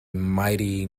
mighty